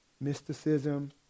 mysticism